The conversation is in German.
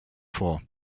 vor